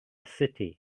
city